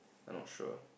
I not sure